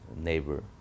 neighbor